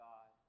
God